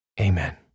Amen